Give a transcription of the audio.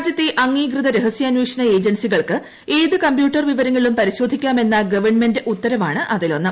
രാജ്യത്തെ അംഗീകൃത രഹസ്യാനേഷണ ഏജൻസികൾക്ക് ഏത് കമ്പ്യൂട്ടർ വിവരങ്ങളും പരിശോധിക്കാമെന്ന ഗവൺമെന്റ് ഉത്തരവാണ് അതിലൊന്ന്